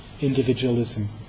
individualism